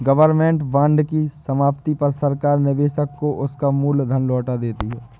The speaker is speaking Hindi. गवर्नमेंट बांड की समाप्ति पर सरकार निवेशक को उसका मूल धन लौटा देती है